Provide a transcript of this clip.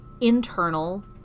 internal